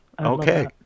okay